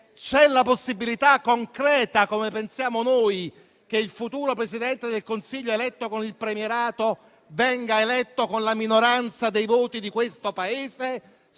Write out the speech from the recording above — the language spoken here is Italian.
C'è la possibilità concreta, come pensiamo noi, che il futuro Presidente del Consiglio, eletto con il premierato, venga eletto con la minoranza dei voti di questo Paese?